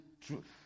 truth